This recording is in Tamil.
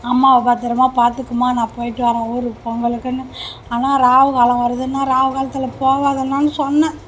அம்மாவை பத்திரமாக பார்த்துக்கம்மா நான் போய்ட்டு வரேன் ஊருக்கு பொங்கலுக்குனு அண்ணா ராவுகாலம் வருதுண்ணா ராகு காலத்தில் போவாதண்ணான்னு சொன்னேன்